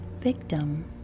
victim